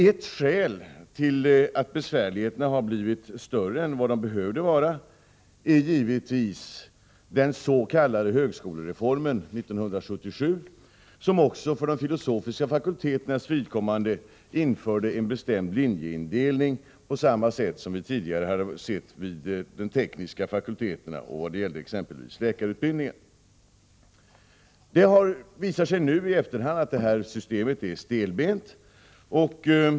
Ett skäl till att besvärligheterna har blivit större än vad de hade behövt vara är givetvis den s.k. högskolereformen 1977, som också för de filosofiska fakulteternas vidkommande införde en bestämd linjeindelning på samma sätt som vi tidigare hade sett vid exempelvis de tekniska fakulteterna och läkarutbildningen. Det visar sig nu i efterhand att systemet är stelbent.